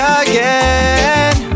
again